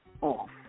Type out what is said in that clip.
off